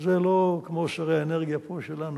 לא כמו שרי האנרגיה פה שלנו.